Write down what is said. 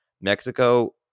Mexico